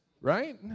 right